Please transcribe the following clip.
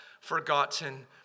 forgotten